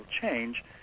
change